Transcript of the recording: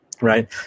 Right